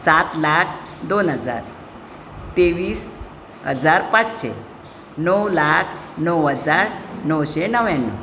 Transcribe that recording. सात लाख दोन हजार तेवीस हजार पाचशें णव लाख णव हजार णवशें णव्याण्णव